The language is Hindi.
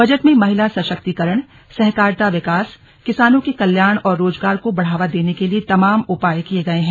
बजट में महिला सशक्तीकरण सहकारिता विकास किसानों के कल्याण और रोजगार को बढ़ावा देने के लिए तमाम उपाय किए गए हैं